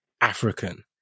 African